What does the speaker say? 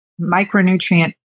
micronutrient